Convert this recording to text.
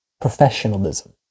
professionalism